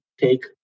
take